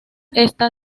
está